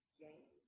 game